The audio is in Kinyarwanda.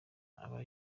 aba